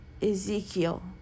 Ezekiel